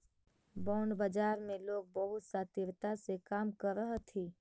bond बाजार में लोग बहुत शातिरता से काम करऽ हथी